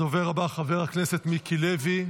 הדובר הבא, חבר הכנסת מיקי לוי,